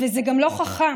וזה גם לא חכם,